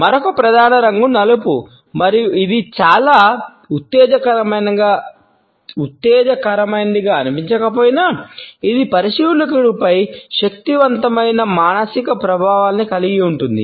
మరొక ప్రధాన రంగు నలుపు మరియు ఇది చాలా ఉత్తేజకరమైనదిగా అనిపించకపోయినా ఇది పరిశీలకుడిపై శక్తివంతమైన మానసిక ప్రభావాలను కలిగి ఉంటుంది